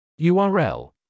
URL